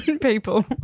people